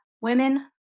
women